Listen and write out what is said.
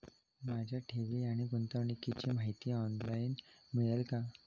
माझ्या ठेवी आणि गुंतवणुकीची माहिती ऑनलाइन मिळेल का?